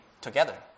together